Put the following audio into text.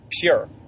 Pure